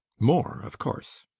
more, of course.